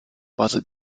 base